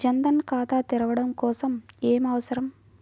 జన్ ధన్ ఖాతా తెరవడం కోసం ఏమి అవసరం?